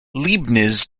leibniz